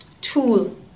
tool